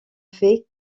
fait